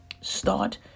Start